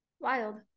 wild